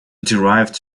derived